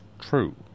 true